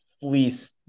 fleece